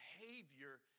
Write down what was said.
behavior